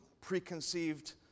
preconceived